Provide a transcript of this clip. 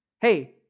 Hey